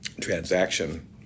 transaction